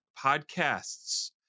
podcasts